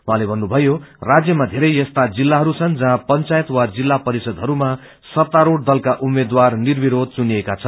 उहाँले भन्नुभयो राज्यमा बेरै यस्ता जिल्लाहरू छन् जहाँ पंचायत वा जिल्ला परिषदहरूमा सत्तारूढ़ दलका उम्मेद्वार निर्विरोध चुनिएका छन्